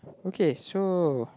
okay so